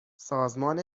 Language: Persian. سازمان